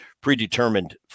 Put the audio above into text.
predetermined